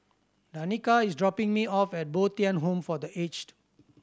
Danika is dropping me off at Bo Tien Home for The Aged